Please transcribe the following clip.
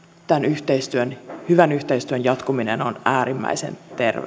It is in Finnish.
tämän hyvän yhteistyön jatkuminen on äärimmäisen